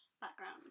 background